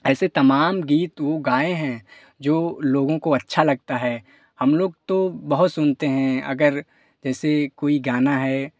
ऐसे तमाम गीत वो गाए हैं जो लोगों को अच्छा लगता है हम लोग तो बहुत सुनते हैं अगर जैसे कोई गाना है